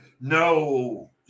No